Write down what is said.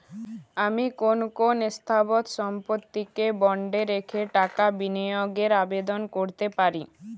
আমি কোন কোন স্থাবর সম্পত্তিকে বন্ডে রেখে টাকা বিনিয়োগের আবেদন করতে পারি?